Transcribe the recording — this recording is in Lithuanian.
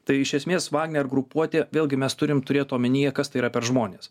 tai iš esmės vagner grupuotė vėlgi mes turim turėt omenyje kas tai yra per žmones